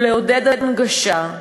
ולעודד הנגשה,